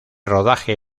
rodaje